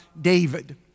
David